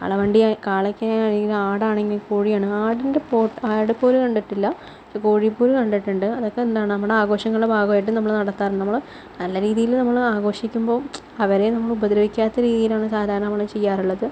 കാളവണ്ടി കാളയ്ക്കായാണെങ്കിലും ആടാണെങ്കിലും കോഴിയാണ് ആടിൻ്റെ പോര് ആട് പോര് കണ്ടിട്ടില്ല കോഴിപ്പോര് കണ്ടിട്ടുണ്ട് അതൊക്കെ എന്താണ് നമ്മുടെ ആഘോഷങ്ങളുടെ ഭാഗമായിട്ട് നമ്മൾ നടത്താറുണ്ട് നമ്മള് നല്ല രീതിയിൽ നമ്മൾ ആഘോഷിക്കുമ്പോൾ അവരെ നമ്മള് ഉപദ്രവിക്കാത്ത രീതിയിലാണ് സാധാരണ നമ്മൾ ചെയ്യാറുള്ളത്